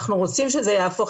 אנחנו רוצים שזה יהפוך.